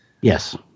Yes